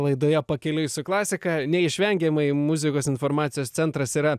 laidoje pakeliui su klasika neišvengiamai muzikos informacijos centras yra